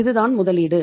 இது தான் முதலீடு